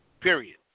period